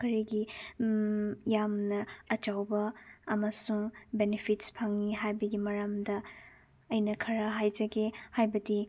ꯀꯔꯤꯒꯤ ꯌꯥꯝꯅ ꯑꯆꯧꯕ ꯑꯃꯁꯨꯡ ꯕꯦꯅꯤꯐꯤꯠꯁ ꯐꯪꯏ ꯍꯥꯏꯕꯒꯤ ꯃꯔꯝꯗ ꯑꯩꯅ ꯈꯔ ꯍꯥꯏꯖꯒꯦ ꯍꯥꯏꯕꯗꯤ